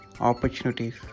opportunities